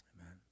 Amen